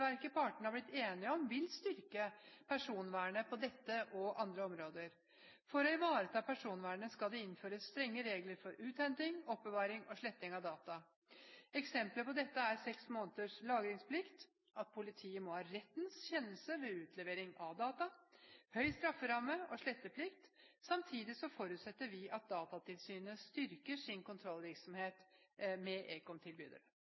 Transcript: Regelverket partene har blitt enige om, vil styrke personvernet på dette og andre områder. For å ivareta personvernet skal det innføres strenge regler for uthenting, oppbevaring og sletting av data. Eksempler på dette er seks måneders lagringstid, at politiet må ha rettens kjennelse ved utlevering av data, høy strafferamme og sletteplikt. Samtidig forutsetter vi at Datatilsynet styrker sin